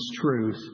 truth